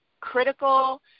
critical